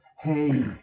hey